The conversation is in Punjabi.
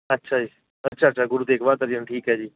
ਅੱਛਾ ਜੀ ਅੱਛਾ ਅੱਛਾ ਗੁਰੂ ਤੇਗ ਬਹਾਦਰ ਜੀ ਨੂੰ ਠੀਕ ਹੈ ਜੀ